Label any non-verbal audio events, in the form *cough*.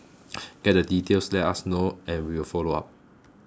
*noise* get the details let us know and we will follow up